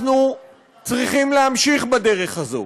אנחנו צריכים להמשיך בדרך הזאת.